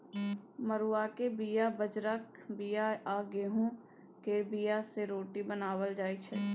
मरुआक बीया, बजराक बीया आ गहुँम केर बीया सँ रोटी बनाएल जाइ छै